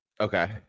Okay